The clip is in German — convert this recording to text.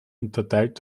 unterteilt